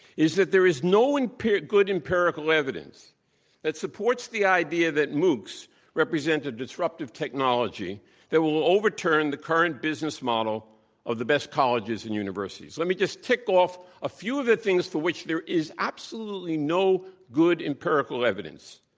is that there is no and good empirical evidence that supports the idea that moocs represent a disruptive technology that will overturn the current business model of the best colleges and universities. let me just tick off a few of the things for which there is absolutely no good empirical evidence.